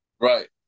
Right